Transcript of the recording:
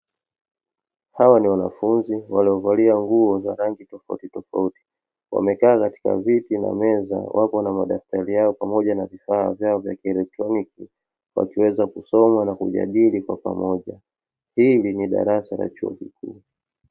Hawa ni wanafunzi waliovalia nguo za rangi tofautitofauti, wamekaa katika viti na meza, wapo madaftari yao pamoja na vifaa vyao vya kielektroniki, wakiweza kusoma na kujadili kwa pamoja. Hili ni darasa la chuo kikuu.